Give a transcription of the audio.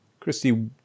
Christy